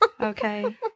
Okay